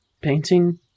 painting